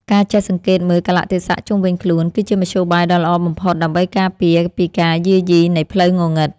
ការចេះសង្កេតមើលកាលៈទេសៈជុំវិញខ្លួនគឺជាមធ្យោបាយដ៏ល្អបំផុតដើម្បីការពារពីការយាយីនៃផ្លូវងងឹត។